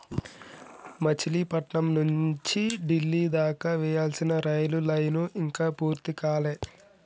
మచిలీపట్నం నుంచి డిల్లీ దాకా వేయాల్సిన రైలు లైను ఇంకా పూర్తి కాలే